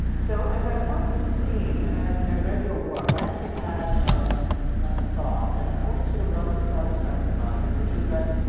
so as i watched this scene and as i read your work, i actually had um a thought. and i wanted to sort of run this thought experiment by you. which is that,